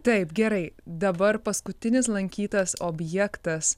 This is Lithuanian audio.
taip gerai dabar paskutinis lankytas objektas